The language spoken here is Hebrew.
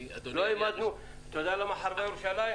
אחת מהסיבות שחרבה ירושלים,